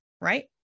right